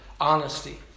honesty